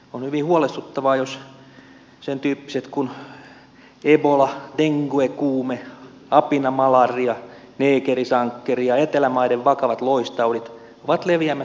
on hyvin huolestuttavaa jos sen tyyppiset kuin ebola denguekuume apinamalaria neekerisankkeri ja etelän maiden vakavat loistaudit ovat leviämässä tänne pohjolaan